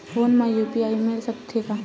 Phone मा UPI मिल सकत हे का?